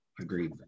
Agreed